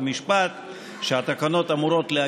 מי נגד?